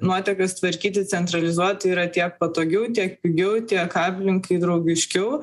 nuotekas tvarkyti centralizuotai yra tiek patogiau tiek pigiau tiek aplinkai draugiškiau